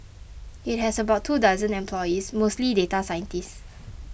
it has about two dozen employees mostly data scientists